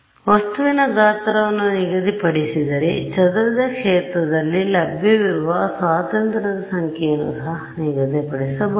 ಆದ್ದರಿಂದ ವಸ್ತುವಿನ ಗಾತ್ರವನ್ನು ನಿಗದಿಪಡಿಸಿದರೆ ಚದುರಿದ ಕ್ಷೇತ್ರದಲ್ಲಿ ಲಭ್ಯವಿರುವ ಸ್ವಾತಂತ್ರ್ಯದ ಸಂಖ್ಯೆಯನ್ನೂ ಸಹ ನಿಗದಿಪಡಿಸಬಹುದು